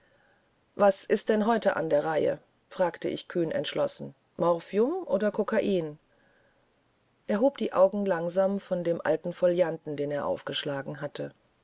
was ist es heute fragte ich morphium oder kokain er hob seine augen träge von dem alten bibliophilen band den er aufgeschlagen hatte